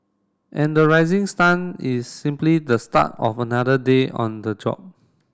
and the rising sun is simply the start of another day on the job